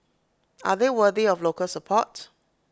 are they worthy of local support